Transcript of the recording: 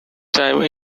time